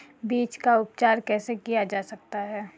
बीज का उपचार कैसे किया जा सकता है?